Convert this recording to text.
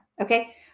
Okay